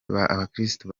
abakirisito